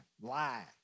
Lie